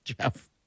Jeff